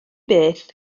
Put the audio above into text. beth